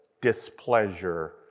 displeasure